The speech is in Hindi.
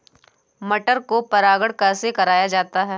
मटर को परागण कैसे कराया जाता है?